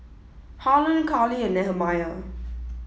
Harlon Karli and Nehemiah